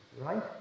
Right